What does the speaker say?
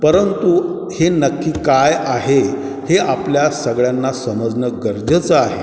परंतु हे नक्की काय आहे हे आपल्या सगळ्यांना समजणं गरजेचं आहे